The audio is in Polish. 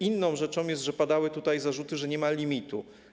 Inną rzeczą jest, że padały tutaj zarzuty, iż nie ma limitu.